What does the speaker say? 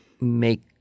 make